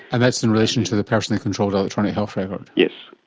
and that's in relation to the personally controlled electronic health record. yes.